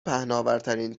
پهناورترین